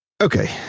Okay